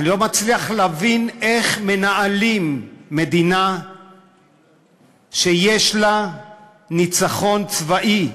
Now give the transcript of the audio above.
אני לא מצליח להבין איך מנהלים מדינה שיש לה ניצחון צבאי,